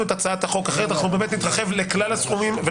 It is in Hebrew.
את הצעת החוק אחרת אנחנו נתרחב לכלל הסכומים.